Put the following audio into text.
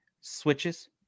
switches